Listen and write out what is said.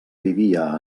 vivia